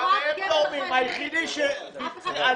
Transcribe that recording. היחידי עם ויתור,